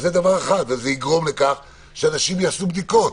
זה יגרום לכך שאנשים יעשו בדיקות.